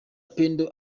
pendo